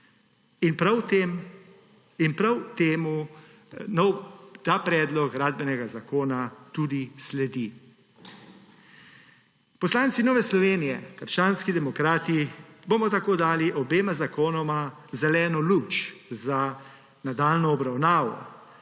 Prav temu ta predlog gradbenega zakona tudi sledi. Poslanci Nove Slovenije – krščanskih demokratov bomo tako dali obema zakonoma zeleno luč za nadaljnjo obravnavo,